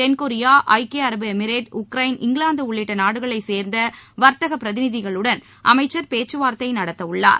தென்கொரியா ஐக்கிய அரபு எமிரேட் உக்ரைன் இங்கிலாந்து உள்ளிட்ட நாடுகளைச் சேர்ந்த வர்த்தகப் பிரதிநிதிகளுடனும் அமைச்சர் பேச்சு வார்த்தை நடத்தவுள்ளார்